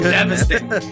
devastating